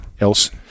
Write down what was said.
else